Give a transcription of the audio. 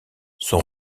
son